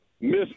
miss